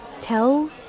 Tell